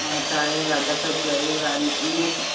हँ अच्छा हइया देखैत छियौ एहि बेरा नीक